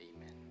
Amen